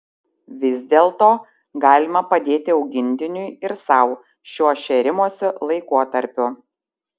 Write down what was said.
vis dėlto galima padėti augintiniui ir sau šiuo šėrimosi laikotarpiu